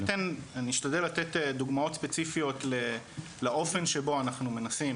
אני אשתדל לתת דוגמאות ספציפיות לאופן שאנחנו מנסים,